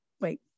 wait